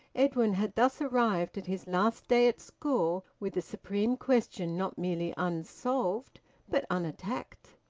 edwin had thus arrived at his last day at school with the supreme question not merely unsolved but unattacked.